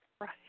Right